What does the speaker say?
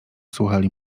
słuchali